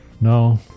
no